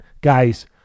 guys